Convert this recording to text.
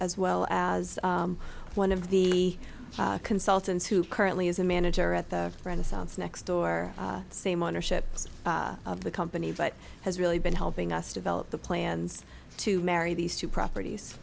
as well as one of the consultants who currently is a manager at the renaissance next door same ownership of the company but has really been helping us develop the plans to marry these two properties